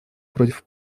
против